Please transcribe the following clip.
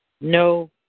No